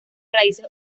raíces